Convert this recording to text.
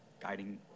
guiding